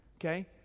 Okay